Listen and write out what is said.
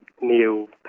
new